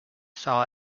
saw